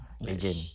legend